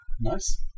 nice